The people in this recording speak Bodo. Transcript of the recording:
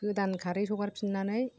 गोदान खारै सगारफिन्नानै